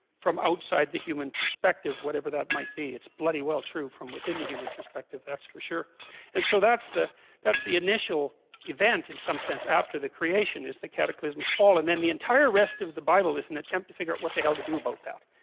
from outside the human perspective whatever that might be it's bloody well true from within the human perspective that's for sure and so that's the that's the initial event in some sense after the creation is the cataclysmic fall and then the entire rest of the bible is an attempt to figure out what the hell to do about that?